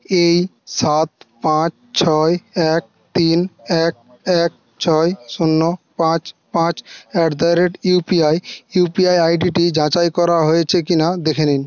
এই সাত পাঁচ ছয় এক তিন এক এক ছয় শূন্য পাঁচ পাঁচ at the rate UPI UPI আইডিটি যাচাই করা হয়েছে কি না দেখে নিন